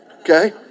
Okay